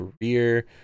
career